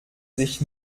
sich